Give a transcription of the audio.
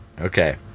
Okay